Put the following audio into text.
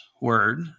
word